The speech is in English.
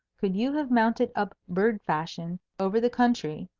could you have mounted up bird-fashion over the country,